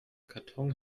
karton